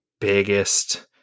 biggest